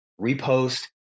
Repost